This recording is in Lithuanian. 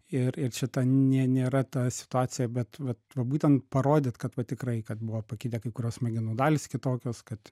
ir ir čia ta ne nėra ta situacija bet vat va būtent parodyt kad va tikrai kad buvo pakitę kai kurios smegenų dalys kitokios kad